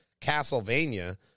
Castlevania